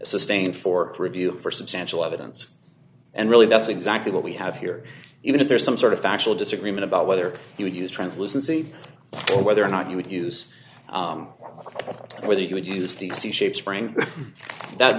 sustained for review for substantial evidence and really that's exactly what we have here even if there's some sort of factual disagreement about whether he would use translucency or whether or not you would use it whether you would use the c shaped spring that